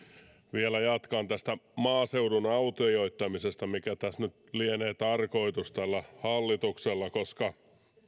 vielä jatkan tästä maaseudun autioittamisesta mikä tässä nyt lienee tarkoitus tällä hallituksella koska